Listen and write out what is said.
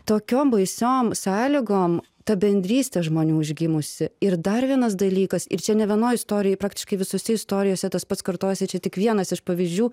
tokiom baisiom sąlygom ta bendrystė žmonių užgimusi ir dar vienas dalykas ir čia ne vienoj istorijoj praktiškai visose istorijose tas pats kartojasi čia tik vienas iš pavyzdžių